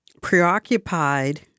preoccupied